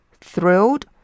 thrilled